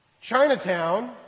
Chinatown